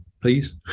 please